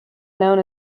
known